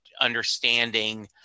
understanding